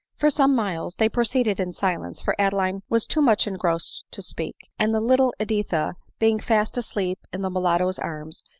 for some miles they proceeded in silence, for adeline was too much engrossed to speak and the little editha, being fast asleep in the mulatto's arms,